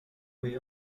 way